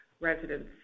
residents